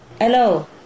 Hello